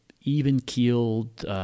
even-keeled